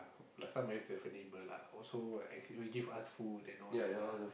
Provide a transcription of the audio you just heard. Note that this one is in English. last time I used to have a neighbour lah also will actually will give us food and all that lah